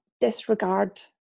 disregard